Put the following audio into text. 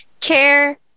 care